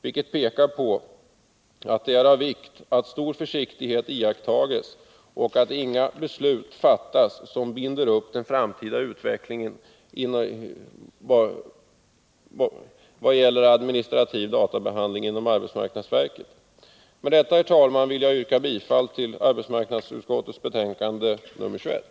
Utskottet pekar på att det är av vikt att stor försiktighet iakttas och att inga beslut fattas som binder upp den framtida utvecklingen vad gäller administrativ databehandling inom arbetsmarknadsverket. Med detta, herr talman, vill jag yrka bifall till vad arbetsmarknadsutskottet hemställer i sitt betänkande nr 21.